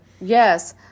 Yes